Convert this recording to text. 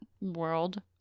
world